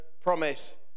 promise